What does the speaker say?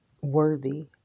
worthy